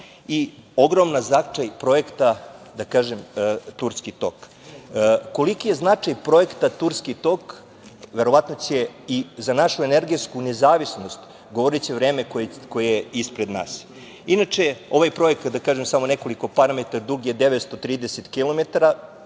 i ogromna zasluga projekta Turski tok. Koliki je značaj projekta Turski tok, verovatno će i za našu energetsku nezavisnost, govoriće vreme koje je ispred nas. Inače, da kažem, ovaj projekat samo nekoliko parametra, dug je 930 kilometara,